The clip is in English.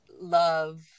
love